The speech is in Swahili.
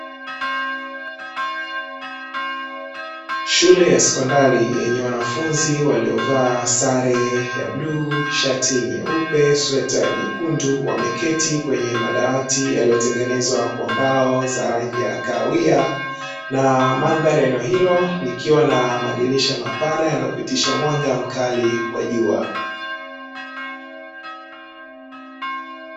Shule ya sekondari yenye wanafunzi waliovaa sare ya bluu, shati nyeupe, sweta jekundu wameketi kwenye madawati yaliyotengenezwa kwa mbao za rangi ya kahawia na mandhari ya eneo hilo likiwa na madirisha mapana yanayopitisha mwanga mkali wa jua.